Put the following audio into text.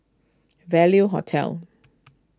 Value Hotel